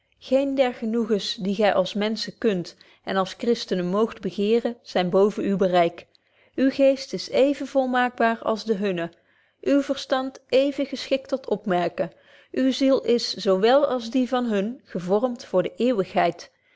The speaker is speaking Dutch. geene der genoegens die gy als menschen kunt en als christenen moogt begeren zyn boven uw bereik uw geest is even volmaakbaar als de hunne uw verstand even geschikt tot opmerken uw ziel is zo wel als die van hun gevormt voor de eeuwigheid